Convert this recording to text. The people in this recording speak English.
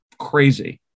crazy